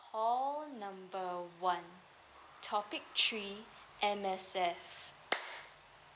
call number one topic three M_S_F